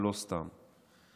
ולא סתם,